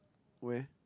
where